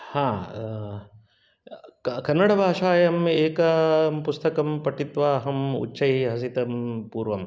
हा क कन्नडभाषायाम् एकं पुस्तकं पठित्वा उच्चैः हसितं पूर्वम्